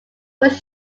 was